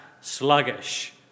sluggish